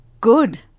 good